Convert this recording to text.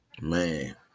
man